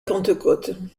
pentecôte